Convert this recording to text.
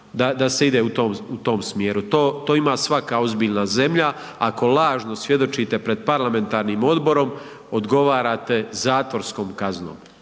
da se ide u tom smjeru. To ima svaka ozbiljna zemlja, ako lažno svjedočite pred parlamentarnim odborom odgovarate zatvorskom kaznom.